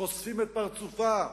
חושפים את פרצופם,